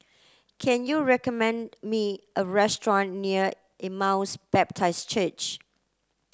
can you recommend me a restaurant near Emmaus Baptist Church